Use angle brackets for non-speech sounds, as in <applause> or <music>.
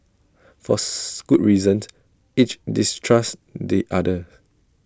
for <noise> good reasons each distrusts the other